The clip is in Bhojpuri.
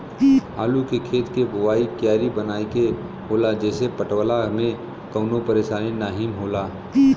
आलू के खेत के बोवाइ क्यारी बनाई के होला जेसे पटवला में कवनो परेशानी नाहीम होला